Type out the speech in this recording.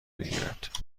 بگیرد